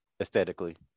aesthetically